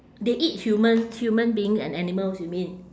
they eat human human being and animals you mean